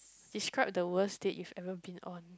describe the worst date you ever been on